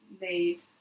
made